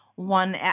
one